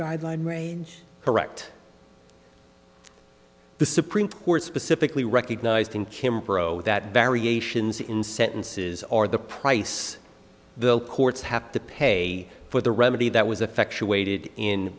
guideline range correct the supreme court specifically recognized in kim bro that variations in sentences or the price the courts have to pay for the remedy that was affection weighted in